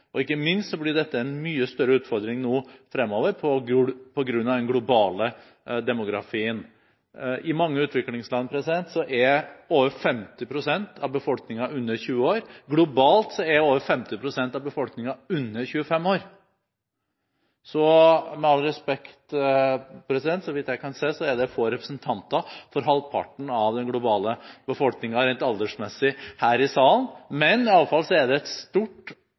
Ikke minst blir dette en mye større utfordring nå fremover på grunn av den globale demografien. I mange utviklingsland er over 50 pst. av befolkningen under 20 år. Globalt er over 50 pst. av befolkningen under 25 år. Med all respekt: Så vidt jeg kan se, er det få representanter for halvparten av den globale befolkningen – rent aldersmessig – her i salen. Men det er i alle fall en stor ansvarsfølelse i denne salen, vi ønsker at vi skal kunne gi et